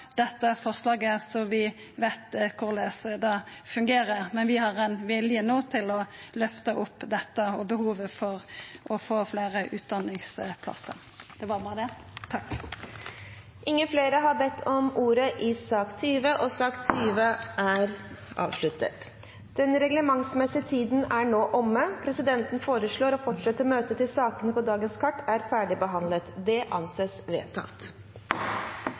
dette forslaget. Så vi veit korleis det fungerer, men vi har ein vilje no til å løfta opp dette og behovet for å få fleire utdanningsplassar. – Det var berre det. Flere har ikke bedt om ordet til sak nr. 20. Den reglementsmessige tiden er nå omme. Presidenten foreslår at vi fortsetter møtet til sakene på dagens kart er ferdigbehandlet. – Det anses vedtatt.